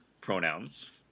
pronouns